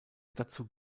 dazu